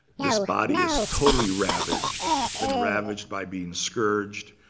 this body is totally ravaged. it's been ravaged by being scourged.